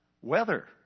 weather